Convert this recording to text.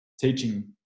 teaching